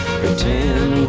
pretend